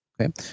Okay